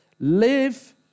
live